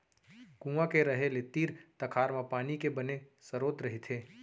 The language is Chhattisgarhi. कुँआ के रहें ले तीर तखार म पानी के बने सरोत रहिथे